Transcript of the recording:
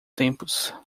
tempos